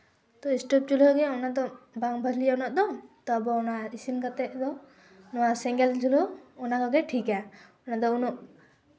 ᱛᱚ ᱥᱴᱳᱵᱷ ᱪᱩᱞᱦᱟᱹᱜᱮ ᱚᱱᱟᱫᱚ ᱵᱟᱝ ᱵᱷᱟᱞᱮᱭᱟ ᱩᱱᱟᱹᱜ ᱫᱚ ᱟᱵᱚ ᱚᱱᱟ ᱤᱥᱤᱱ ᱠᱟᱛᱮ ᱫᱚ ᱱᱚᱣᱟ ᱥᱮᱸᱜᱮᱞ ᱪᱩᱞᱦᱟᱹ ᱚᱱᱟ ᱠᱚᱜᱮ ᱴᱷᱤᱠᱼᱟ ᱚᱱᱟ ᱠᱚᱫᱚ ᱩᱱᱟᱹᱜ